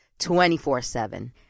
24-7